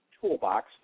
Toolbox